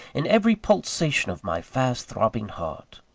in every pulsation of my fast-throbbing heart.